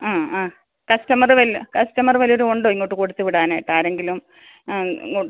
ആ കസ്റ്റമർ വല്ല കസ്റ്റമർ വല്ലവരുമുണ്ടോ ഇങ്ങോട്ടു കൊടുത്തു വിടാനായിട്ടാരെങ്കിലും ആ ഇങ്ങോട്ട്